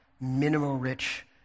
minimal-rich